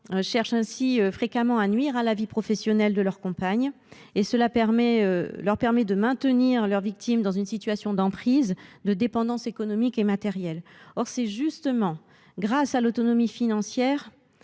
cherchent fréquemment à nuire à la vie professionnelle de leurs compagnes. Cela leur permet de maintenir leurs victimes dans une situation d’emprise, de dépendance économique et matérielle. Or c’est justement grâce à l’autonomie financière